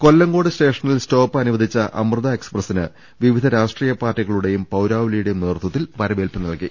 കൊല്ലങ്കോട് സ്റ്റേഷനിൽ സ്റ്റോപ്പ് അനുവധിച്ച അമൃത എക ്സ്പ്രസിന് വിവിധ രാഷ്ട്രീയ പാർട്ടികളുടെയും പൌരാവലിയുടെയും നേതൃത്വത്തിൽ വരവേൽപ്പ് നൽകി